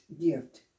gift